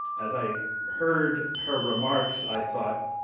as i heard her remarks, i thought,